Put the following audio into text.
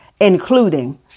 including